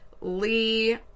Lee